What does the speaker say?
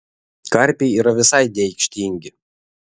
karpiai yra visai neaikštingi